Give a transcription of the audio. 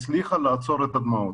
הצליחה לעצור את הדמעות.